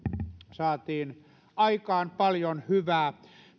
saatiin aikaan paljon hyvää